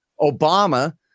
Obama